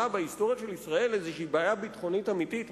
בהיסטוריה של ישראל איזושהי בעיה ביטחונית אמיתית?